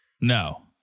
No